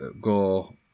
go